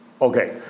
Okay